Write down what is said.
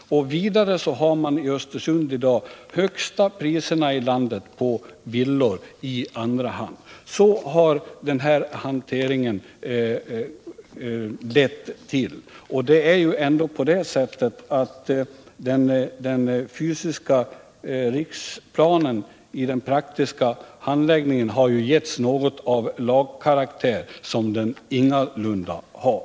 Vidare har Östersund i dag de högsta priserna i landet på villor i andra hand. Dessa följder har den här hanteringen lett till! Det är ändå på det sättet att den fysiska riksplanen i den praktiska handläggningen har getts något av lagkaraktär, vilket den ingalunda har.